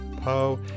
Poe